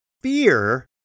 fear